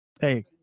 hey